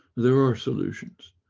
there are solutions.